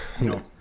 No